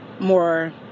more